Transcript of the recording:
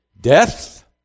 Death